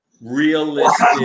realistic